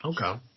Okay